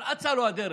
אבל אצה לו הדרך.